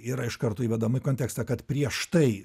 yra iš karto įvedama į kontekstą kad prieš tai